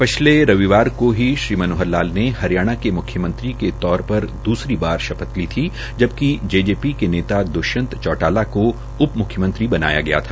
पिछले रविवार को श्री मनोहर लाल ने हरियाणा के मुख्यमंत्री के तौर पर दूसरी बार शपथ ली थी जबकि जेजेपी के नेता दुष्यंत चौटाला को उप मुख्यमंत्री बनाया गया था